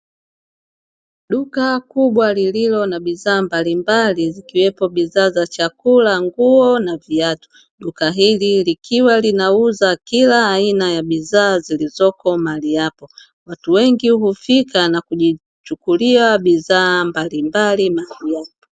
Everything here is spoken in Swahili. Duka kubwa lililo na bidhaa mbalimbali zikiwepo bidhaa za chakula, nguo na viatu. Duka hili likiwa linauza kila aina ya bidhaa zilizopo mahali hapo. Watu wengi hufika na kijichukulia bidhaa mbalimbali mahali hapo.